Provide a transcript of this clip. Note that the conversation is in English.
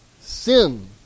sin